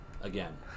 again